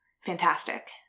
fantastic